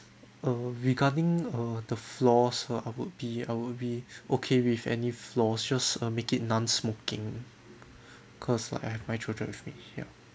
uh regarding uh the floors uh I would be I would be okay with any floors just uh make it non smoking cause like I have my children with me ya